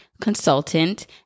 consultant